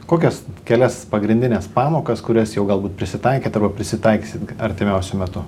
kokias kelias pagrindines pamokas kurias jau galbūt prisitaikėt arba prisitaikysit artimiausiu metu